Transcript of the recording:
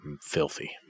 filthy